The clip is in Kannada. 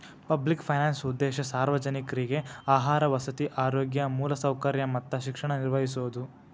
ಪಬ್ಲಿಕ್ ಫೈನಾನ್ಸ್ ಉದ್ದೇಶ ಸಾರ್ವಜನಿಕ್ರಿಗೆ ಆಹಾರ ವಸತಿ ಆರೋಗ್ಯ ಮೂಲಸೌಕರ್ಯ ಮತ್ತ ಶಿಕ್ಷಣ ನಿರ್ವಹಿಸೋದ